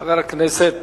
חבר הכנסת